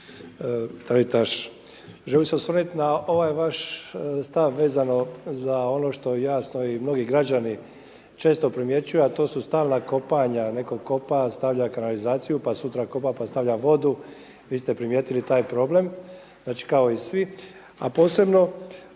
Taritaš. Želio bih se osvrnuti na ovaj vaš stav vezano za ono što jasno i mnogi građani često primjećuju, a to su stalna kopanja. Netko kopa, stavlja kanalizaciju, pa sutra kopa, pa stavlja vodu. Vi ste primijetili taj problem. Znači kao i svi, a posebno